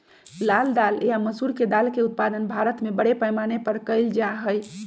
लाल दाल या मसूर के दाल के उत्पादन भारत में बड़े पैमाने पर कइल जा हई